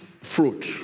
fruit